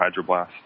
Hydroblast